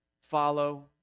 Follow